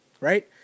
right